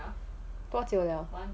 多久了